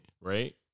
right